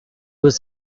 was